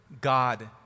God